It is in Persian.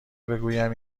بگویم